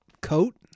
coat